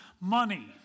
Money